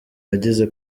yagize